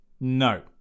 no